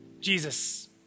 Jesus